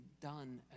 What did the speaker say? done